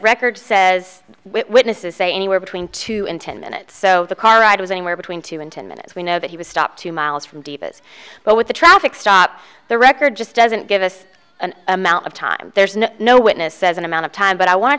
record says witnesses say anywhere between two and ten minutes so the car ride was anywhere between two and ten minutes we know that he was stopped two miles from davis but with the traffic stop the record just doesn't give us an amount of time there's no no witness says an amount of time but i want to